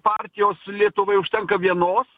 partijos lietuvai užtenka vienos